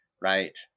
right